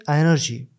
energy